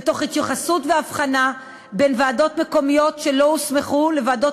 ותוך התייחסות והבחנה בין ועדות מקומיות שלא הוסמכו לוועדות